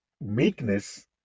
meekness